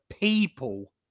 people